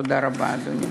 תודה רבה, אדוני.